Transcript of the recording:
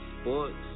sports